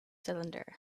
cylinder